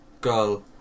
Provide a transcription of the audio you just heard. girl